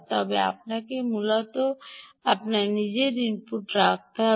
তবে আপনাকে মূলত আপনার নিজের ইনপুট রাখতে হবে